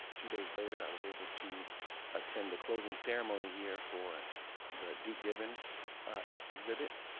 two days later, i was able to attend a closing ceremony here for the duke givens exhibit.